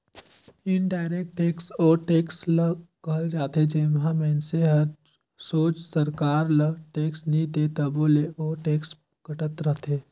indirect tax ओ tax ल कहल जाथे जेम्हां मइनसे हर सोझ सरकार ल टेक्स नी दे तबो ले ओ टेक्स कटत रहथे